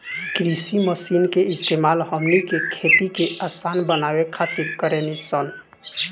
कृषि मशीन के इस्तेमाल हमनी के खेती के असान बनावे खातिर कारेनी सन